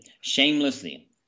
shamelessly